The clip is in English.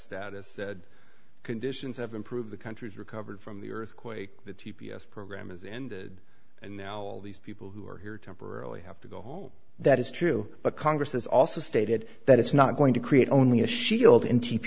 is said conditions have improved the country is recovered from the earthquake that t p s program is ended and now all these people who are here temporarily have to go home that is true but congress has also stated that it's not going to create only a shield